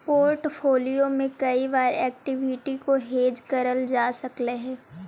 portfolio में कई बार एक्विटी को हेज करल जा सकलई हे